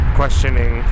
questioning